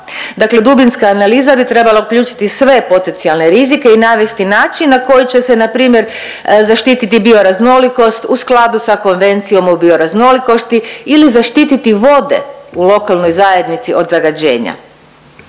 dubinska analiza bi trebala uključiti sve potencijalne rizike i navesti način na koji će se npr. zaštiti bioraznolikost u skladu sa Konvencijom o bioraznolikosti ili zaštiti vode u lokalnoj zajednici od zagađenja.